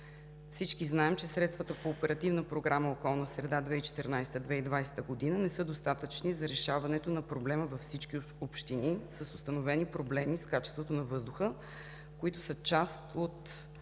Всички знаем, че средствата по Оперативна програма „Околна среда 2014 – 2020 г.“ не са достатъчни за решаването на проблема във всички общини с установени проблеми с качеството на въздуха, които са част от